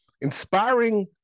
inspiring